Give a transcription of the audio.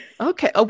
Okay